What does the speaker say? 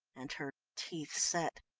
and her teeth set.